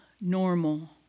normal